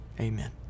amen